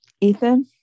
Ethan